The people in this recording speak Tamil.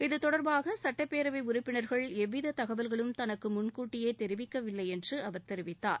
இதுதொடர்பாக சட்டப்பேரவை உறுப்பினர்கள் எவ்வித தகவல்களும் தனக்கு முன்கூட்டியே தெரிவிக்கவில்லை என்று அவர் கூறினார்